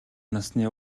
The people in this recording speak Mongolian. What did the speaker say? насны